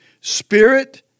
spirit